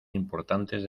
importantes